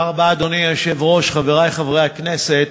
אדוני היושב-ראש, תודה רבה, חברי חברי הכנסת,